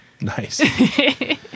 Nice